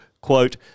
Quote